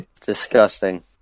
Disgusting